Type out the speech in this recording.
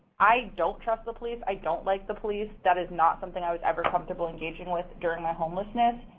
i don't trust the police. i don't like the police. that is not something i was ever comfortable engaging with during my homelessness,